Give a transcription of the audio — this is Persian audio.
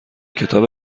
کتاب